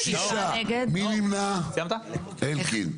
אלקין.